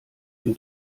dem